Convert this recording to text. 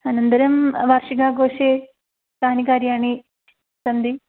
अनन्तरं वार्षिकाघोषे कानि कार्याणि सन्ति